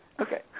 Okay